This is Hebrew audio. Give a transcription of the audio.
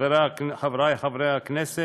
חברי חברי הכנסת,